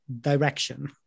direction